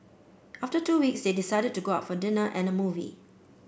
after two weeks they decided to go out for dinner and a movie